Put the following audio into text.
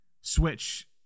switch